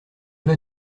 vas